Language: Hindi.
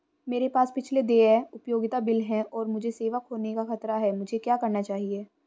मेरे पास पिछले देय उपयोगिता बिल हैं और मुझे सेवा खोने का खतरा है मुझे क्या करना चाहिए?